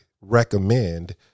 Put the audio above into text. recommend